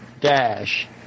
dash